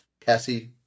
Cassie